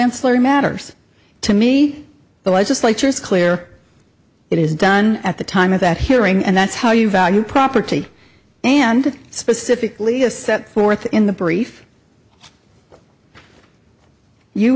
ancillary matters to me the legislature's clear it is done at the time of that hearing and that's how you value property and specifically as set forth in the brief you